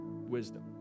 wisdom